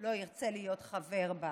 לא ירצה להיות חבר בה.